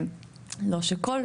לא שכל,